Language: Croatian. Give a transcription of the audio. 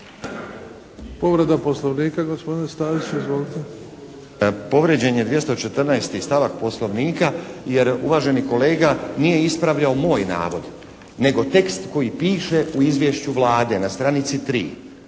Povrijeđen je 214. stavak Poslovnika jer uvaženi kolega nije ispravljao moj navod nego tekst koji piše u izvješću Vlade na stranici 3.